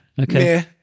Okay